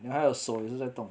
哪有手一直在动